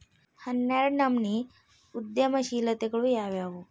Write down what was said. ಹನ್ನೆರ್ಡ್ನನಮ್ನಿ ಉದ್ಯಮಶೇಲತೆಗಳು ಯಾವ್ಯಾವು